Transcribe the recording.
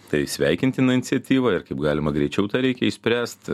tai sveikintina iniciatyva ir kaip galima greičiau tą reikia išspręst